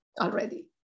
already